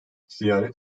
ziyaret